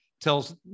tells